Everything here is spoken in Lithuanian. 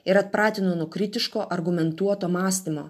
ir atpratino nuo kritiško argumentuoto mąstymo